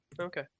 Okay